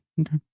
Okay